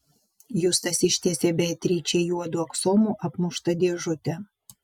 justas ištiesė beatričei juodu aksomu apmuštą dėžutę